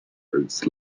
roads